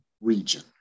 region